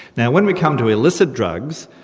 now when we come to illicit drugs,